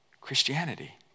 Christianity